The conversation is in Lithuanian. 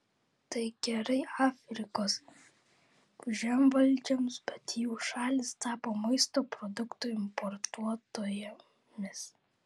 tai gerai afrikos žemvaldžiams bet jų šalys tapo maisto produktų importuotojomis